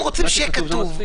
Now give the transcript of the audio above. הם רוצים שיהיה כתוב.